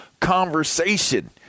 conversation